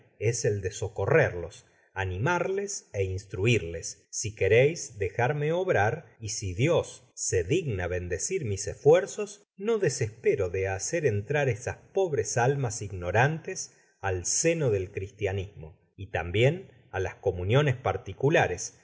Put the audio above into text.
es el socorrerles animarle é instruirlos si quereis dejarme obrar y si dios se digna bendecir mis esfuerzos no desespero de hacer entrar esas pobres almas ignorantes al seno del cristianismo y tambien á las comuniones particulares